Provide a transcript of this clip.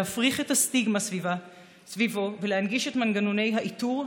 להפריך את הסטיגמה סביבו ולהנגיש את מנגנוני האיתור,